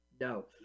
No